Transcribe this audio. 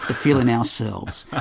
to fill in ourselves. ah